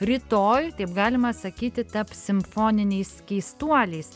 rytoj taip galima sakyti taps simfoniniais keistuoliais